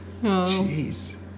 Jeez